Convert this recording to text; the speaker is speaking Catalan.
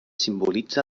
simbolitza